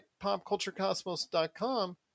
popculturecosmos.com